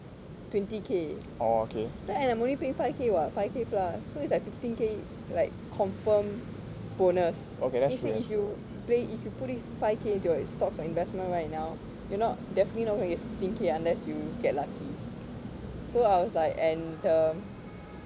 twenty K so and I'm only paying five K what five K plus so it's like fifteen K like confirm bonus let's say if you pay if you put in five K into your stocks or investment right now you're not definitely not going to get fifteen K unless you get like you think you unless you get lucky so I was like and the